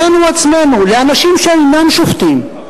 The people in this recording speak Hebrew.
אלינו עצמנו, לאנשים שאינם שופטים.